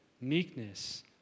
meekness